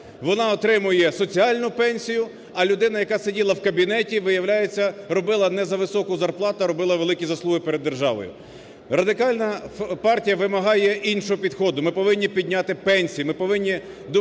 вона отримує соціальну пенсію, а людина, яка сиділа в кабінеті, виявляється, робила не за високу зарплату, а робила великі заслуги перед державою. Радикальна партія вимагає іншого підходу. Ми повинні підняти пенсії, ми повинні думати про тих,